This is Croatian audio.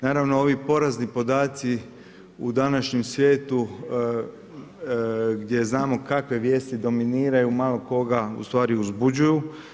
Naravno ovi porazni podaci u današnjem svijetu gdje znamo kakve vijesti dominiraju malo koga u stvari uzbuđuju.